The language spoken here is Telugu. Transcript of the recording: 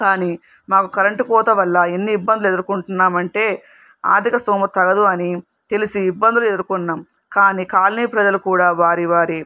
కానీ మాకు కరెంటు కోత వల్ల ఎన్ని ఇబ్బందులు ఎదుర్కొంటున్నాము అంటే ఆర్ధిక స్థోమత తగదు అని తెలిసి ఇబ్బందులు ఎదుర్కొంటున్నాము కానీ కాలనీ ప్రజలు కూడా వారి వారి